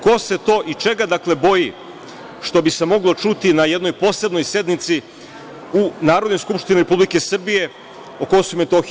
Ko se to i čega boji, što bi se moglo čuti na jednoj posebnoj sednici u Narodnoj skupštini Republike Srbije o Kosovu i Metohiji.